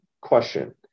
question